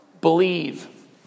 believe